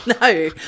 no